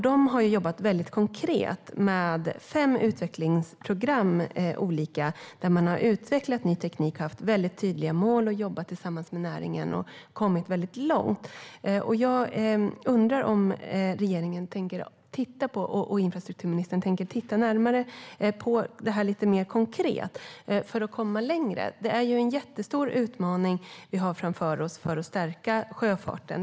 De har jobbat konkret med fem olika utvecklingsprogram där man har utvecklat ny teknik, haft tydliga mål och jobbat tillsammans med näringen och kommit långt. Jag undrar om regeringen och infrastrukturministern tänker titta närmare på det här lite mer konkret för att komma längre. Det är en jättestor utmaning vi har framför oss när det gäller att stärka sjöfarten.